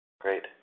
Great